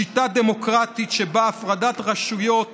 שיטה דמוקרטית שבה הפרדת רשויות